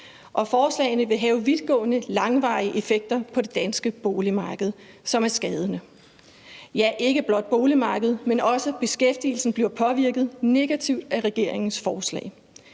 Forslagene vil have vidtgående langvarige effekter på det danske boligmarked, som er skadelige. Ja, ikke blot boligmarkedet, men også beskæftigelsen bliver påvirket negativt af regeringens forslag.